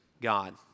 God